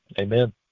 Amen